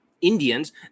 Indians